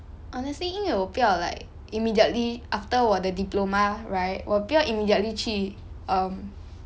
honestly 因为我不要 like immediately after 我的 diploma right 我不要 immediately 去 um